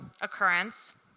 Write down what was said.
occurrence